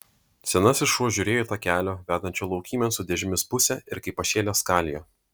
senasis šuo žiūrėjo į takelio vedančio laukymėn su dėžėmis pusę ir kaip pašėlęs skalijo